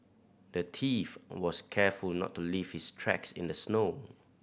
the thief was careful not to leave his tracks in the snow